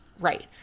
Right